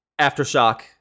Aftershock